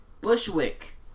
Bushwick